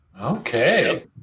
okay